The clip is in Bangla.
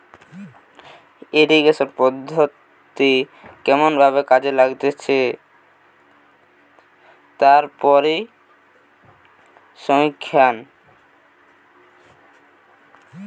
ইরিগেশন পদ্ধতি কেমন ভাবে কাজে লাগছে তার পরিসংখ্যান